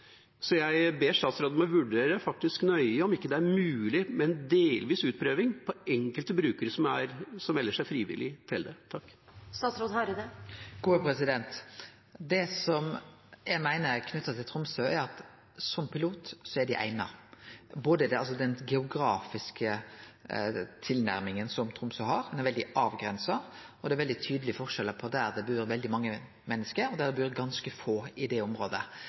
Så jeg ber statsråden faktisk å vurdere nøye om ikke det er mulig med en delvis utprøving på enkelte brukere som melder seg frivillig til det. Det som eg meiner knytt til Tromsø, er at dei er eigna som eit pilotprosjekt, med den geografiske tilnærminga som Tromsø har, der det er veldig avgrensa og veldig tydelege forskjellar i området, mellom der det bur veldig mange menneske, og der det bur ganske få. I dei andre byområda, eksempelvis i Sør-Noreg, er det